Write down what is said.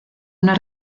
una